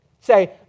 Say